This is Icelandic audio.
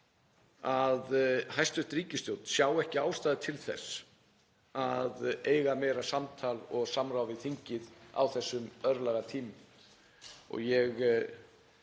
að hæstv. ríkisstjórn sjái ekki ástæðu til þess að eiga meira samtal og samráð við þingið á þessum örlagatímum. Ég